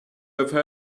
have